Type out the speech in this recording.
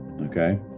okay